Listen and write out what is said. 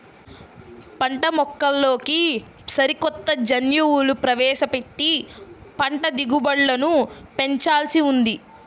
పంటమొక్కల్లోకి సరికొత్త జన్యువులు ప్రవేశపెట్టి పంట దిగుబడులను పెంచాల్సి ఉంది